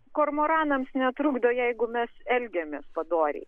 kormoranams netrukdo jeigu mes elgiamės padoriai